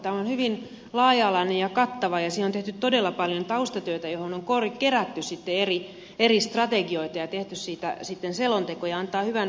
tämä on hyvin laaja alainen ja kattava ja siihen on tehty todella paljon taustatyötä johon on kerätty eri strategioita ja tehty siitä selonteko ja se antaa hyvän ponnahduslaudan eteenpäin